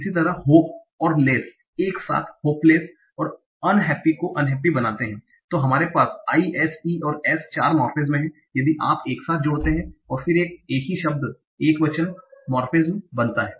इसी प्रकार यहाँ होप hope आशा और लेस less कम एक साथ होपलेस और और un हैप्पी को अन्हेप्पी बनाते हैं तो हमाँरे पास i s t और s चार मोर्फेमेज़ हैं यदि आप एक साथ जोड़ते हैं और फिर एक ही शब्द या एकवचन मोर्फेमेज़ बनता हैं